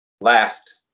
Last